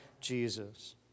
Jesus